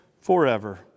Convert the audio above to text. forever